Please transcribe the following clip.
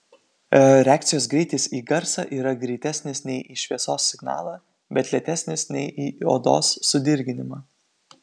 reakcijos greitis į garsą yra greitesnis nei į šviesos signalą bet lėtesnis nei į odos sudirginimą